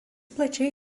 plačiai